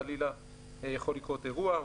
חלילה יכול לקרות אירוע.